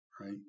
right